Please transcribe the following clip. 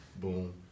boom